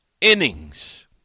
innings